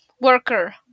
worker